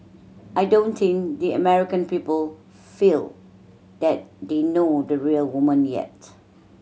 I don't think the American people feel that they know the real woman yet